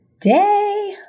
day